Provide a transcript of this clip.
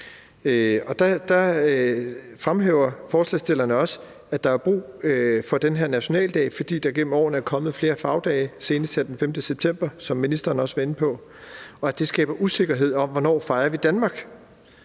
fremhæver også, at der er brug for den her nationaldag, fordi der gennem årene er kommet flere flagdage, senest her den 5. september, som ministeren også var inde på. Og det skaber usikkerhed om, hvornår vi fejrer Danmark